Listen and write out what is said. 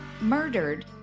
murdered